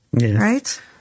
right